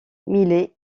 milet